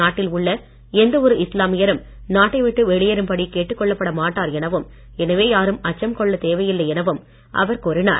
நாட்டில் உள்ள எந்த ஒரு இஸ்லாமியரும் நாட்டை விட்டு வெளியேரும்படி கேட்டுக்கொள்ளப்பட மாட்டார் எனவும் எனவே யாரும் அச்சம் கொள்ள தேவையில்லை எனவும் அவர் கூறினார்